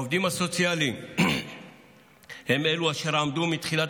העובדים הסוציאליים הם אלו אשר עמדו מתחילת